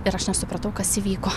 ir aš nesupratau kas įvyko